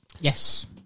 Yes